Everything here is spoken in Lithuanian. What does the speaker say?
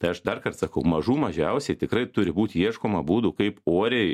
tai aš darkart sakau mažų mažiausiai tikrai turi būt ieškoma būdų kaip oriai